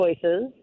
choices